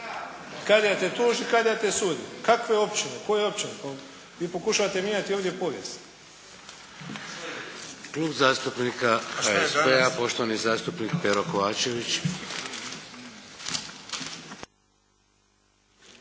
Kadija te tuži, kadija te sudi. Kakve općine? Koje općine? Vi pokušavate mijenjati ovdje povijest.